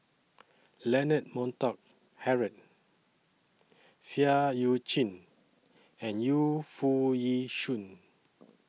Leonard Montague Harrod Seah EU Chin and Yu Foo Yee Shoon